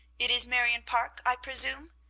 it is marion parke, i presume.